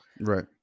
Right